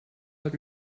hat